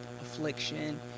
affliction